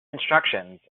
instructions